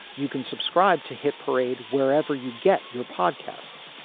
you can subscribe to hit parade wherever you get your podcasts.